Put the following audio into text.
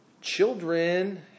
Children